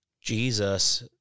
Jesus